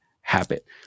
habit